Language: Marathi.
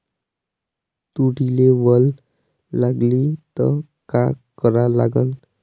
तुरीले वल लागली त का करा लागन?